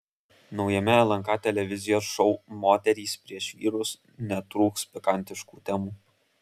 naujame lnk televizijos šou moterys prieš vyrus netrūks pikantiškų temų